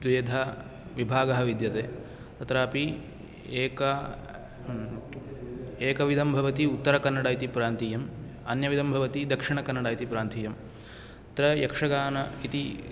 द्विधाविभागः विद्यते अत्रापि एका एकविधं भवति उत्तरकन्नड इति प्रान्तीयम् अन्यविधं भवति दक्षिणकन्नड इति प्रान्तीयं तत्र यक्षगान इति